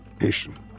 nation